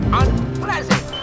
unpleasant